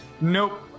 Nope